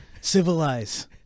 Civilize